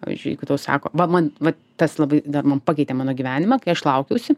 pavyzdžiui jeigu tau sako va man va tas labai man pakeitė mano gyvenimą kai aš laukiausi